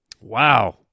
Wow